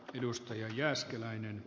arvoisa puhemies